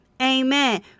Amen